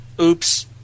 oops